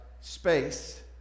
space